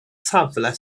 safle